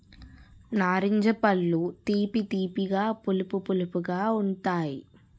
నారింజ పళ్ళు తీపి తీపిగా పులుపు పులుపుగా ఉంతాయి